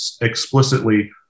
explicitly